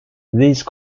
these